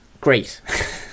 great